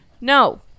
No